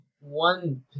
one